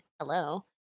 Hello